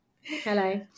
hello